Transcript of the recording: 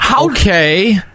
Okay